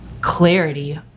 clarity